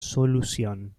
solución